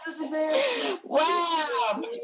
Wow